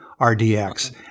RDX